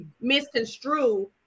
misconstrue